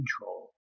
control